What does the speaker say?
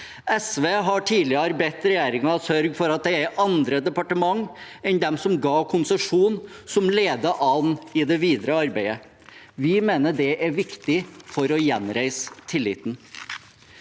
SV har tidligere bedt regjeringen sørge for at det er andre departementer enn dem som ga konsesjon, som leder an i det videre arbeidet. Vi mener det er viktig for å gjenreise tilliten.